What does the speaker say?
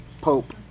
pope